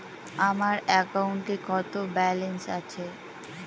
আমার অ্যাকাউন্টে কত ব্যালেন্স আছে?